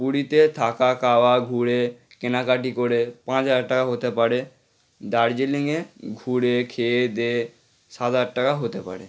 পুরীতে থাকা খাওয়া ঘুরে কেনাকাটি করে পাঁচ হাজার টাকা হতে পারে দার্জিলিংয়ে ঘুরে খেয়ে দেয়ে সাত হাজার টাকা হতে পারে